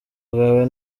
bwawe